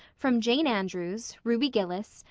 from jane andrews, ruby gillis,